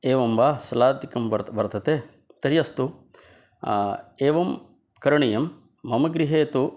एवं वा सलातिकं वर्तते तर्हि अस्तु एवं करणीयं मम गृहे तु